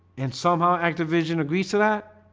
and somehow activision agrees to that